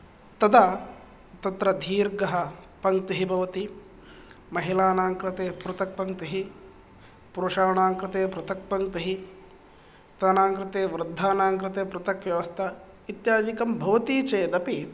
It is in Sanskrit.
तदा तत्र दीर्घः पङ्क्तिः भवति महिलानां कृते पृथक् पङ्क्तिः पुरुषाणां कृते पृथक् पङ्क्तिः वृतानां कृते वृद्धानां कृते पृथक् व्यवस्था इत्यादिकं भवति चेदपि